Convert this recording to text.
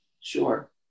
sure